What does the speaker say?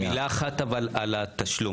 אבל מילה אחת על התשלום,